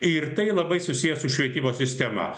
ir tai labai susiję su švietimo sistema